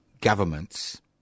governments